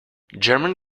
german